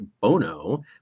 Bono